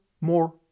more